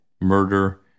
murder